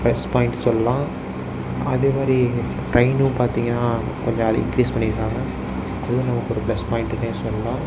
plus point சொல்லலாம் அதேமாதிரி ட்ரெயினும் பார்த்திங்கன்னா கொஞ்சம் அது இன்க்ரீஸ் பண்ணியிருக்காங்க அதுவும் நமக்கு ஒரு ப்ளஸ் பாய்ண்ட்டுனே சொல்லலாம்